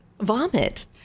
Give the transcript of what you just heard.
vomit